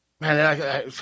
Man